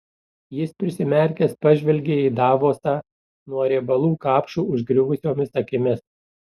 jis prisimerkęs pažvelgė į davosą nuo riebalų kapšų užgriuvusiomis akimis